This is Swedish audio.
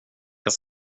jag